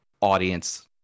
audience